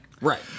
Right